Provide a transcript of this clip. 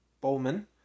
Bowman